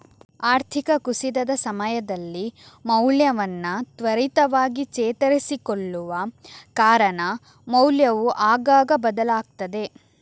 ಆರ್ಥಿಕ ಕುಸಿತದ ಸಮಯದಲ್ಲಿ ಮೌಲ್ಯವನ್ನ ತ್ವರಿತವಾಗಿ ಚೇತರಿಸಿಕೊಳ್ಳುವ ಕಾರಣ ಮೌಲ್ಯವು ಆಗಾಗ ಬದಲಾಗ್ತದೆ